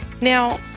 Now